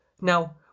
Now